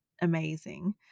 amazing